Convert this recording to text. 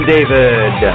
David